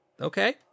Okay